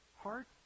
heart